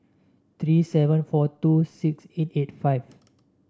three seven four two six eight eight five